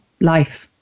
life